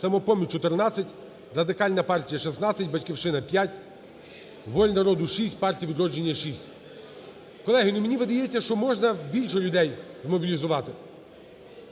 "Самопоміч" – 14, Радикальна партія – 16, "Батьківщина" – 5, "Воля народу" – 6, "Партія "Відродження" – 6. Колеги, ну, мені видається, що можна більше людей змобілізувати.